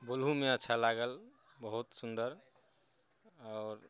बोलहुमे अच्छा लागल बहुत सुन्दर आओर